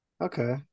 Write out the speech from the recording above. Okay